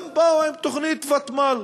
הם באו עם תוכנית ותמ"ל,